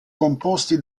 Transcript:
composti